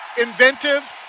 inventive